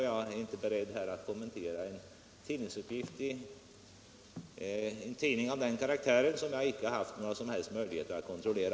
Jag är inte beredd att kommentera en uppgift i en tidning av den karaktären, som jag inte haft någon som helst möjlighet att kontrollera.